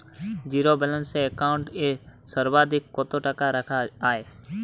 Zero balance account এ সর্বাধিক কত টাকা রাখা য়ায়?